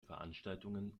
veranstaltungen